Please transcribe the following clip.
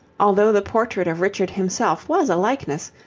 although the portrait of richard himself was a likeness,